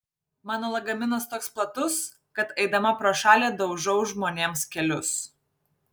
mano lagaminas toks platus kad eidama pro šalį daužau žmonėms kelius